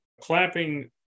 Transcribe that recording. Clapping